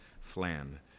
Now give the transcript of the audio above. flan